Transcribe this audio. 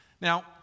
Now